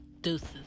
Deuces